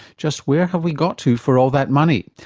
just where have we got to for all that money?